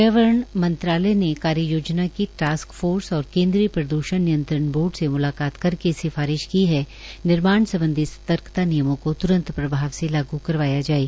पर्यावरण मंत्रालय कार्ययोजना की टास्क फोर्स और केन्द्रीय प्रद्षण नियंत्रण बोर्ड से मुलाकात करके सिफारिश की है निर्माण समबधी सर्तकता नियमों को त्रंत से लागू करवाया जाये